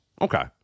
Okay